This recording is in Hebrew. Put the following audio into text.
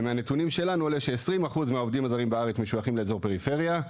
ומהנתונים שלנו עולה ש-20% מהעובדים הזרים בארץ משויכים לאזורי פריפריה,